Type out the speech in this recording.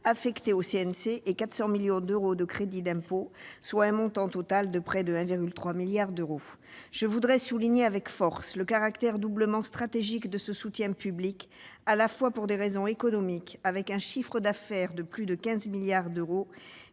animée (CNC) et 400 millions d'euros de crédits d'impôt, soit un montant total de près de 1,3 milliard d'euros. Je souligne avec force le caractère doublement stratégique de ce soutien public, à la fois pour des raisons économiques, au regard d'un chiffre d'affaires de plus de 15 milliards d'euros,